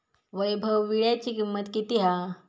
वैभव वीळ्याची किंमत किती हा?